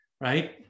right